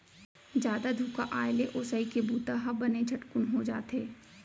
जादा धुका आए ले ओसई के बूता ह बने झटकुन हो जाथे